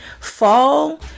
Fall